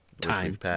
time